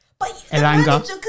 Elanga